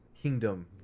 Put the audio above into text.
kingdom